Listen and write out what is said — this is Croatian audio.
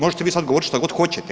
Možete vi sada govoriti što god hoćete.